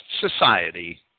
society